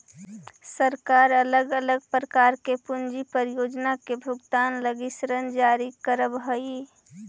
सरकार अलग अलग प्रकार के पूंजी परियोजना के भुगतान लगी ऋण जारी करवऽ हई